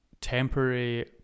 temporary